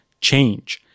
change